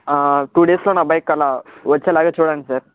two డేస్లో నా bike అలా వచ్చేలాగా చూడండి సార్